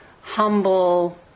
humble